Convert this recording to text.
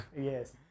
yes